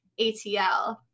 atl